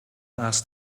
asked